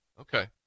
Okay